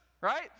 right